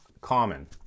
common